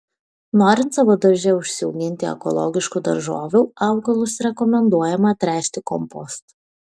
norint savo darže užsiauginti ekologiškų daržovių augalus rekomenduojama tręšti kompostu